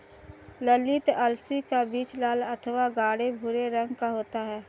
ललीत अलसी का बीज लाल अथवा गाढ़े भूरे रंग का होता है